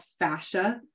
fascia